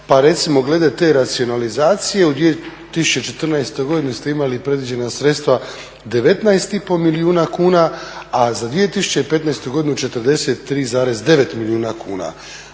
Pa recimo glede te racionalizacije u 2014. godini ste imali predviđena sredstva 19,5 milijuna kuna, a za 2015. godinu 43,9 milijuna kuna.